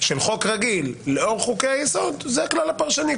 של חוק רגיל לאור חוקי היסוד, זה הכלל הפרשני.